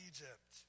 Egypt